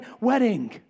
wedding